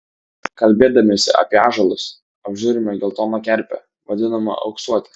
kalbėdamiesi apie ąžuolus apžiūrime geltoną kerpę vadinamą auksuote